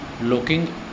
looking